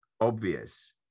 obvious